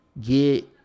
Get